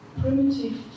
primitive